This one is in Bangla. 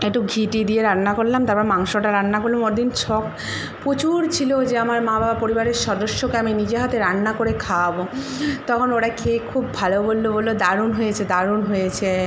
একটু ঘি টি দিয়ে রান্না করলাম তারপর মাংসটা রান্না করলুম ওদিন শখ প্রচুর ছিল যে আমার মা বাবা পরিবারের সদস্যকে আমি নিজে হাতে রান্না করে খাওয়াব তখন ওরা খেয়ে খুব ভালো বলল বলল দারুণ হয়েছে দারুণ হয়েছে